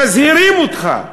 מזהירים אותך,